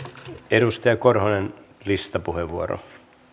edustaja korhonen listapuheenvuoro